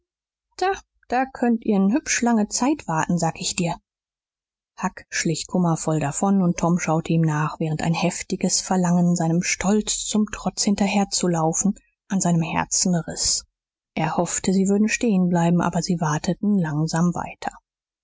da da könnt ihr ne hübsch lange zeit warten sag ich dir huck schlich kummervoll davon und tom schaute ihm nach während ein heftiges verlangen seinem stolz zum trotz hinterher zu laufen an seinem herzen riß er hoffte sie würden stehen bleiben aber sie wateten langsam weiter